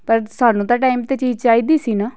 ਪਰ ਸਾਨੂੰ ਤਾਂ ਟਾਈਮ 'ਤੇ ਚੀਜ਼ ਚਾਹੀਦੀ ਸੀ ਨਾ